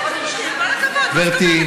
עם כל הכבוד, מה זאת אומרת?